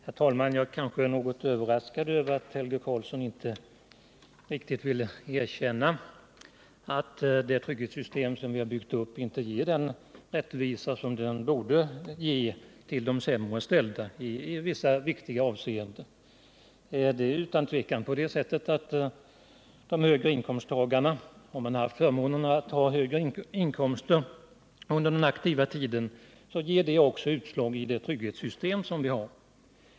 Herr talman! Jag kanske är något överraskad över att Helge Karlsson inte riktigt vill erkänna att det trygghetssystem som vi har byggt upp inte ger den rättvisa som det borde ge till de sämre ställda i vissa viktiga avseenden. Det är utan tvekan så att om man haft förmånen att ha högre inkomster under den aktiva tiden så ger det också utslag i det trygghetssystem som vi har.